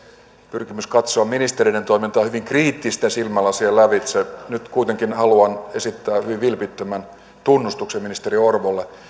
pyrkimys katsoa ministereiden toimintaa hyvin kriittisten silmälasien lävitse nyt kuitenkin haluan esittää hyvin vilpittömän tunnustuksen ministeri orvolle